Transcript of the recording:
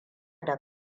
da